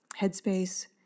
Headspace